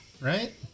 right